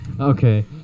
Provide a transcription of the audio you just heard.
okay